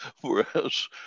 whereas